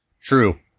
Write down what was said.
True